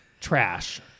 trash